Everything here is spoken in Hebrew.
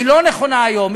והיא לא נכונה היום.